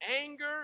anger